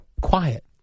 Quiet